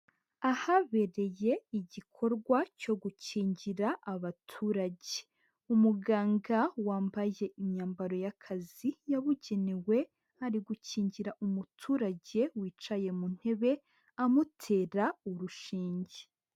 Ahabereye igikorwa cyo gukingira abaturage, umuganga wambaye imyambaro y'akazi yabugenewe ari gukingira umuturage wicaye mu ntebe, amutera urushinge.